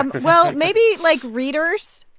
well, maybe, like, readers.